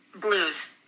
blues